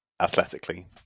athletically